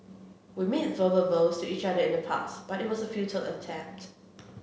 we made verbal vows to each other in the past but it was a futile attempt